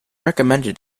recommended